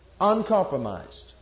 uncompromised